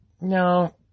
No